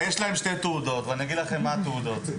אשתי עם כובע של טקסי על הראש,